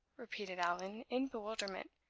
repeated allan, in bewilderment.